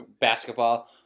basketball